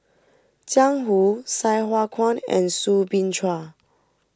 Jiang Hu Sai Hua Kuan and Soo Bin Chua